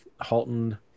Halton